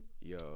Yo